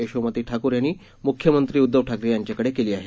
यशोमती ठाकूर यांनी मुख्यमंत्री उद्दव ठाकरे यांच्याकडे केली आहे